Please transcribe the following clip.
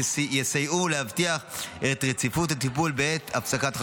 שיסייעו להבטיח את רציפות הטיפול בעת הפסקת חשמל.